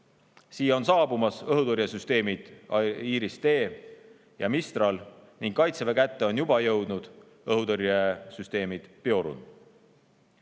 Siia on saabumas õhutõrjesüsteemid Iris-T ja Mistral. Kaitseväe kätte on juba jõudnud õhutõrjesüsteemid Piorun.